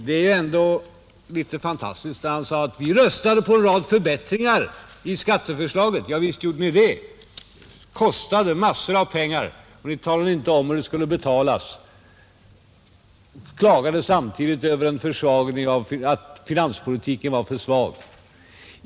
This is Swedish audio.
Det är rätt fantastiskt att höra honom säga: ”Vi röstade för en rad förbättringar i skatteförslaget! ” Ja, visst gjorde ni det. De skulle kosta massor av pengar, och ni talade inte om hur de skulle betalas, men ni klagade samtidigt över att finanspolitiken var för svag.